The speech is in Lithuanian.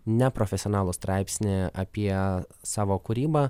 neprofesionalų straipsnį apie savo kūrybą